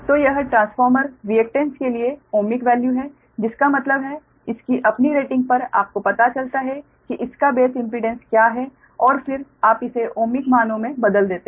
तो यह transformer reactance के लिए ओमिक वैल्यू है जिसका मतलब है इसकी अपनी रेटिंग पर आपको पता चलता है कि इसका बेस इम्पीडेंस क्या है और फिर आप इसे ओमिक मानों में बदल देते हैं